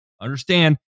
Understand